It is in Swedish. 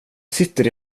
sitter